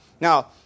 Now